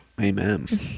Amen